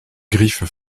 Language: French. griffes